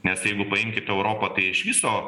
nes jeigu paimkit europą tai iš viso